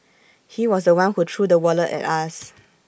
he was The One who threw the wallet at us